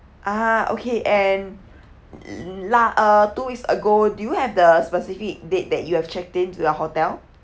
ah okay and lah uh two weeks ago do you have the specific date that you have checked in to the hotel